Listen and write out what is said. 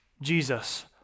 Jesus